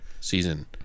season